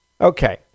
Okay